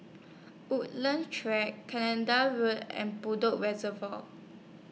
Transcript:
Woodleigh Track Canada Road and Bedok Reservoir